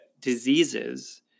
diseases